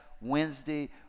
Wednesday